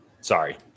Sorry